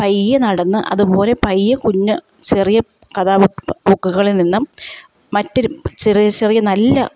പയ്യെ നടന്ന് അതുപോലെ പയ്യെ കുഞ്ഞ് ചെറിയ കഥാ ബുക്ക് ബുക്കുകളിൽ നിന്നും മറ്റൊരു ചെറിയ ചെറിയ നല്ല